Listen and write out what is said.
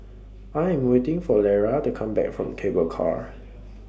I Am waiting For Lara to Come Back from Cable Car